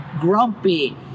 grumpy